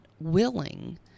willing